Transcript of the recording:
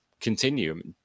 continue